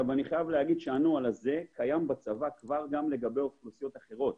אני חייב להגיד שהנוהל הזה קיים כבר בצבא גם לגבי אוכלוסיות אחרות,